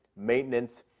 maintenance,